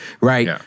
right